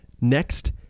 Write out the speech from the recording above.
next